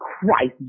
Christ